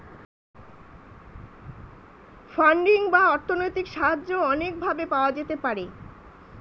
funding বা অর্থনৈতিক সাহায্য অনেক ভাবে পাওয়া যেতে পারে